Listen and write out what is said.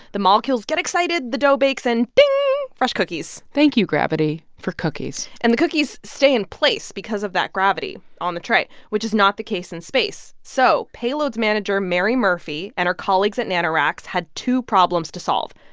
the molecules get excited. the dough bakes. and ding fresh cookies thank you, gravity, for cookies and the cookies stay in place because of that gravity on the tray, which is not the case in space. so payloads manager mary murphy and her colleagues at nanoracks had two problems to solve.